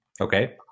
Okay